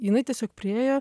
jinai tiesiog priėjo